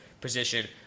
position